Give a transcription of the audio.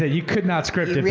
ah you could not script it